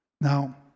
Now